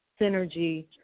synergy